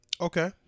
Okay